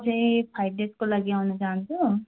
म चाहिँ फाइभ डेजको लागि आउनु चाहन्छु